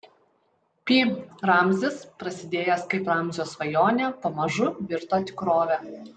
pi ramzis prasidėjęs kaip ramzio svajonė pamažu virto tikrove